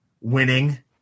winning